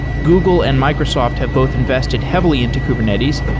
google and microsoft have both invested heavily into kubernetes,